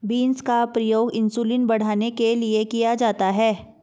beans का प्रयोग insulin बढ़ाने के लिए किया जाता है